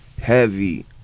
heavy